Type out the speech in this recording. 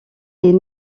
est